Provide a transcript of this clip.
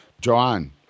Joan